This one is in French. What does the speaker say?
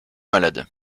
malade